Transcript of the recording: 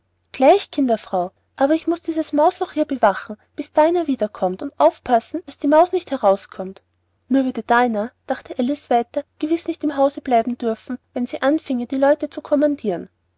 gleich kinderfrau aber ich muß dieses mäuseloch hier bewachen bis dinah wiederkommt und aufpassen daß die maus nicht herauskommt nur würde dinah dachte alice weiter gewiß nicht im hause bleiben dürfen wenn sie anfinge die leute so zu